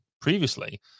previously